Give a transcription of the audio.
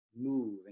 move